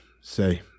say